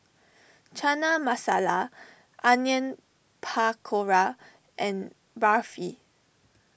Chana Masala Onion Pakora and Barfi